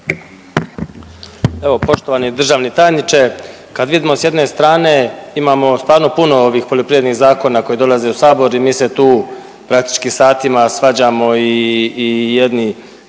Evo poštovani državni tajniče, kad vidimo s jedne strane imamo stvarno puno ovih poljoprivrednih zakona koji dolaze u sabor i mi se tu praktički satima svađamo i jedni